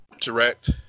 direct